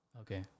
okay